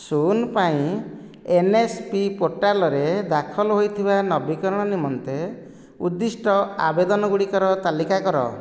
ଶୂନ ପାଇଁ N S P ପୋର୍ଟାଲ୍ରେ ଦାଖଲ ହୋଇଥିବା ନବୀକରଣ ନିମନ୍ତେ ଉଦ୍ଦିଷ୍ଟ ଆବେଦନଗୁଡ଼ିକର ତାଲିକା କର